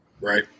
right